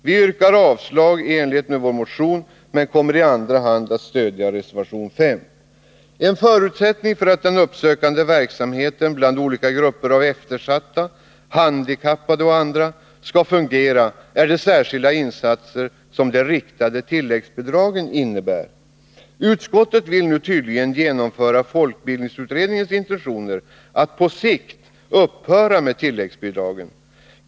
Vi yrkar avslag i enlighet med vår motion, men kommer i andra hand att stödja reservation 5. En förutsättning för att den uppsökande verksamheten bland olika grupper av eftersatta — handikappade och andra — skall fungera, är de särskilda insatser som de riktade tilläggsbidragen innebär. Utskottet vill nu tydligen genomföra folkbildningsutredningens intentioner att ”på sikt” upphöra med tilläggsbidragen.